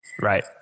Right